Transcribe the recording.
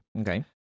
Okay